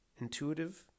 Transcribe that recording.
intuitive